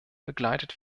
begleitet